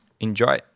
enjoy